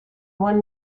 one